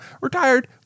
retired